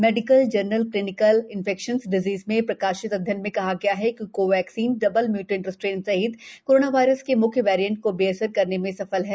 medical journal clinical infectious disease में प्रकाशित अध्ययन में कहा गया है कि कोवैक्सीन डबल म्यूटेंट स्ट्रेन सहित कोरोना वायरस के म्ख्य वैरियंट्स को बेअसर करने में सफल है